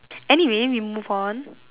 anyway we move on